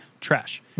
trash